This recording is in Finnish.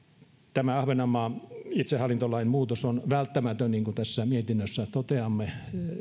tämä ahvenanmaan itsehallintolain muutos on välttämätön niin kuin tässä mietinnössä toteamme